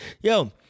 Yo